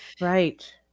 Right